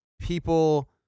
people